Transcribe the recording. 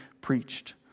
preached